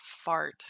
fart